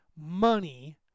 money